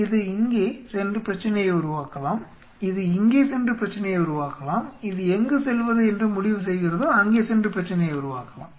இது இங்கே சென்று பிரச்சனையை உருவாக்கலாம் இது இங்கே சென்று பிரச்சனையை உருவாக்கலாம் இது எங்கு செல்வது என்று முடிவு செய்கிறதோ அங்கே சென்று பிரச்சனையை உருவாக்கலாம்